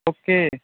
okay